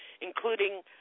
including